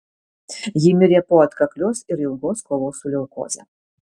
ji mirė po atkaklios ir ilgos kovos su leukoze